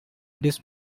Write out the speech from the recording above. this